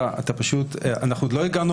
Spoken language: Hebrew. אנחנו עוד לא הגענו,